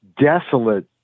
desolate